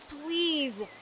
Please